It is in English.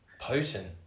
Potent